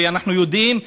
ואנחנו יודעים,